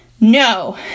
no